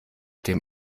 dem